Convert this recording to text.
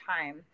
time